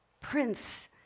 Prince